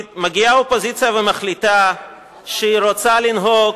מגיעה האופוזיציה ומחליטה שהיא רוצה לנהוג